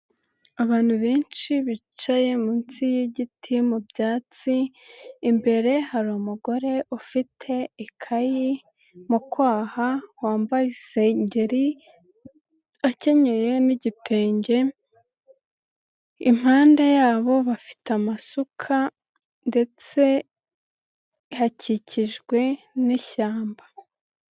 Abantu benshi bicaye munsi y'igiti mu byatsi, imbere hari umugore ufite ikayi, mu kwaha wambaye isengegeri akenyeye n'igitenge, impande yabo bafite amasuka ndetse hakikijwe n'ishyamba.